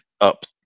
up